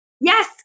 yes